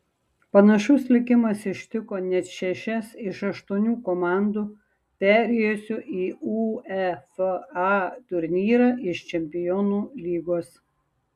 panašus likimas ištiko net šešias iš aštuonių komandų perėjusių į uefa turnyrą iš čempionų lygos